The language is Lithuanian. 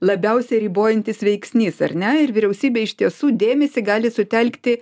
labiausiai ribojantis veiksnys ar ne ir vyriausybė iš tiesų dėmesį gali sutelkti